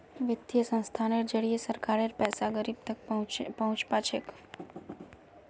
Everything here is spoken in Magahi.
वित्तीय संस्थानेर जरिए सरकारेर पैसा गरीब तक पहुंच पा छेक